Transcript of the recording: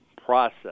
process